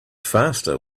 faster